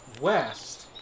west